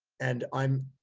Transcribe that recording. and i'm,